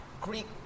Greek